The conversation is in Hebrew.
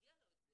מגיע לו את זה,